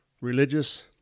religious